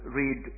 read